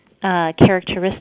characteristics